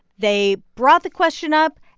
they brought the question up,